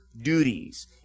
duties